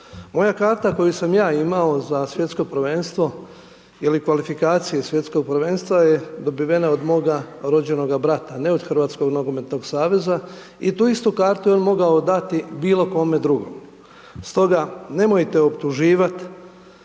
moja karata koju sam ja imao za Svjetsko prvenstvo, ili kvalifikacije Svjetskog prvenstva je dobivena od moga rođenoga brata, ne od Hrvatskog nogometnog saveza i tu istu kartu je on mogao dati bilo kome druge. Stoga nemojte optuživati